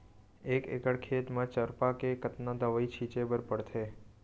एक एकड़ खेत म चरपा के कतना दवई छिंचे बर पड़थे?